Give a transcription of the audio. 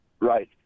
Right